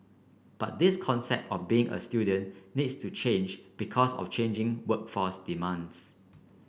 but this concept of being a student needs to change because of changing workforce demands